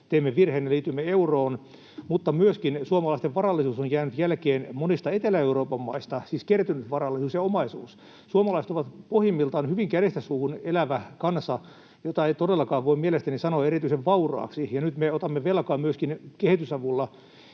teimme virheen ja liityimme euroon — mutta suomalaisten varallisuus on jäänyt jälkeen myöskin monista Etelä-Euroopan maista, siis kertynyt varallisuus ja omaisuus. Suomalaiset ovat pohjimmiltaan hyvin kädestä suuhun elävä kansa, jota ei todellakaan voi mielestäni sanoa erityisen vauraaksi, ja nyt me otamme velkaa myöskin osittain